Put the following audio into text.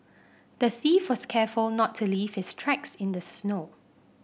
the thief was careful not to leave his tracks in the snow